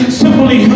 simply